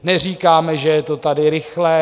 Neříkáme, že je to tady rychlé.